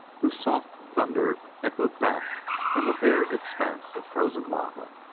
whose soft thunder echoed back from a bare expanse of frozen lava.